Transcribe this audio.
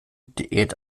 diät